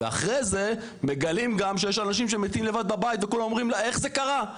ואחרי זה מגלים גם שיש אנשים שמתים לבד בבית וכולם אומרים איך זה קרה?